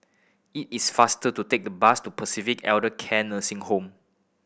it is faster to take the bus to Pacific Elder Care Nursing Home